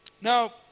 Now